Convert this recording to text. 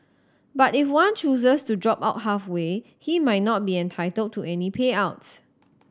but if one chooses to drop out halfway he might not be entitled to any payouts